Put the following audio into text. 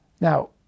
Now